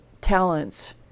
talents